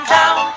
town